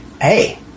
hey